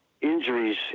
injuries